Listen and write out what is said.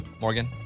Morgan